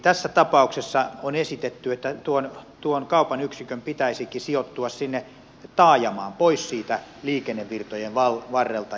tässä tapauksessa on esitetty että tuon kaupan yksikön pitäisikin sijoittua sinne taajamaan pois siitä liikennevirtojen varrelta